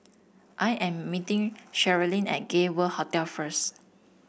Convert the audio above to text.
I am meeting Sherilyn at Gay World Hotel first